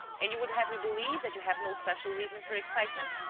and you would have me believe that you have no special reason for excitement!